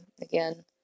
again